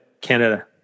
Canada